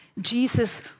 Jesus